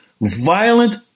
violent